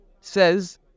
says